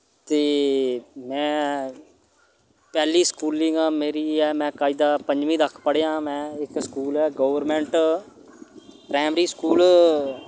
ते मैं पैह्ली स्कूलिंग मेरी ऐ मैं कायदा पंजमी तक पढ़ेआ मैं इक स्कुल ऐ गवर्नमेंट प्राइमरी स्कूल